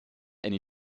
eine